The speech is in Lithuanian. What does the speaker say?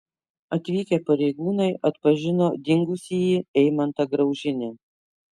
atvykę pareigūnai atpažino dingusįjį eimantą graužinį